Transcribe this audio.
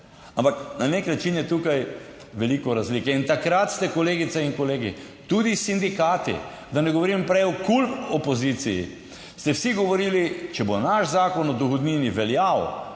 ampak na nek način je tukaj veliko razlik in takrat ste kolegice in kolegi tudi s sindikati, da ne govorim prej o KUL opoziciji ste vsi govorili, če bo naš Zakon o dohodnini veljal,